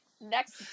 next